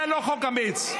זה לא חוק אמיץ.